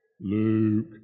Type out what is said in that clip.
Luke